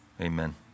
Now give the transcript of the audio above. amen